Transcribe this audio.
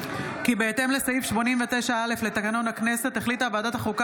כי הצעת חוק דחיית מועדים (הוראת שעה,